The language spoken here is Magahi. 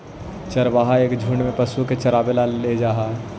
चरवाहा एक झुंड में पशुओं को चरावे ला ले जा हई